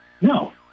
No